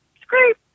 scrape